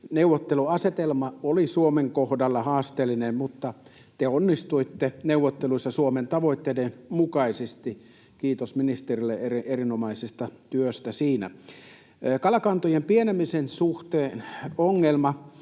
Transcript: Neuvotteluasetelma oli Suomen kohdalla haasteellinen, mutta te onnistuitte neuvotteluissa Suomen tavoitteiden mukaisesti — kiitos ministerille erinomaisesta työstä siinä. Kalakantojen pienenemisen suhteen ongelma